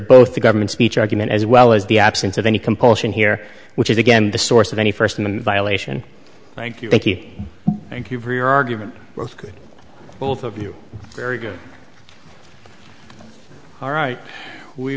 both the government speech argument as well as the absence of any compulsion here which is again the source of any first and violation thank you thank you thank you for your argument works good both of you very good all right we